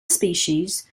species